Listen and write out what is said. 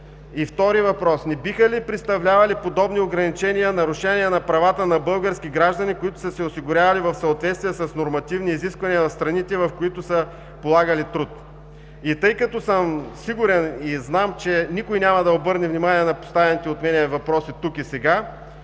И втори въпрос: не биха ли представлявали подобни ограничения нарушение на правата на български граждани, които са се осигурявали в съответствие с нормативни изисквания в страните, в които са полагали труд? Тъй като съм сигурен и знам, че никой няма да обърне внимание на поставените от мен въпроси тук и сега,